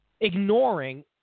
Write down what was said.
ignoring